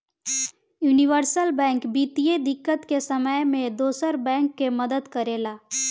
universal bank वित्तीय दिक्कत के समय में दोसर बैंक के मदद करेला